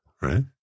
Right